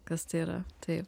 kas tai yra taip